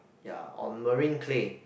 ya on marine clay